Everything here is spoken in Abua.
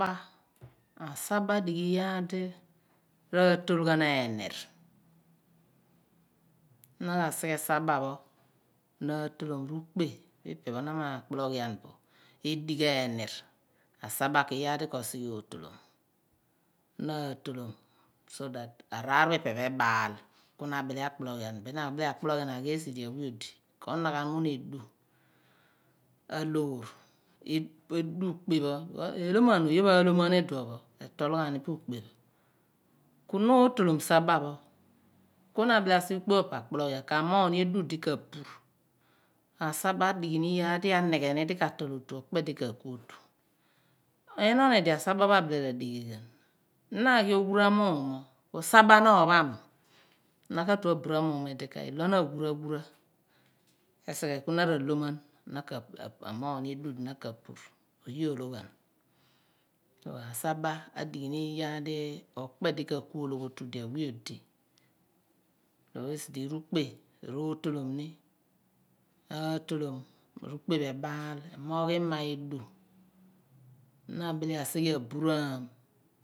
Ali asaba dighi yaa di ratolghan enir, ra sighe saba tolom irugbe i pepho na makpolo ghianbo edik eenir a saba ku kato lon so that arukpe ipepho eebal bina kpologhian ashi esi awey odi bin ko nahamon edughu bin idopho kelomni pu ukpe na bile asighe ukpe because eloman oyepho iloman kuna otolom sapa ku na abile asighe akpologhian ka mooi edugh de ka pu. Asapa adini yaar aniheni okpe di ku ologhotu enon edi a saba pho radi ghe hen naghi owura mooh ku saba no pam naka brare moor agey esiher ku nara lonna naka puri a sama a dini year d okpe de ka ku otu rotomni. Mooh roboraani sigba gba rotolomni, nabele